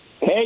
Hey